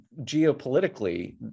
geopolitically